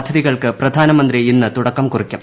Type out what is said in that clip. പദ്ധതികൾക്ക് പ്രധാനമുന്തി ഇന്ന് തുടക്കം കുറിക്കും